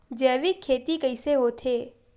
जैविक खेती कइसे होथे?